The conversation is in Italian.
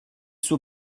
suo